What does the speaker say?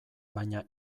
baina